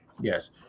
yes